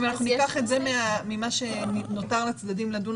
אם אנחנו ניקח את זה ממה שנותר לצדדים לדון